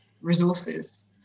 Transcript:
resources